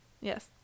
Yes